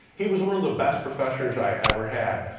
he was one of the best professors i ever had.